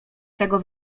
tego